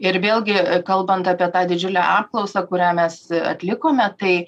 ir vėlgi kalbant apie tą didžiulę apklausą kurią mes atlikome tai